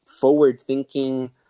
forward-thinking